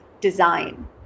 design